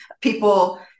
people